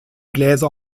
gläser